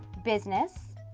business,